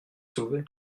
soulevée